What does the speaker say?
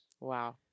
Wow